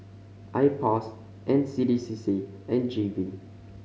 I POS N C D C C and G V